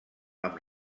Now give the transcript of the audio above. amb